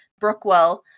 Brookwell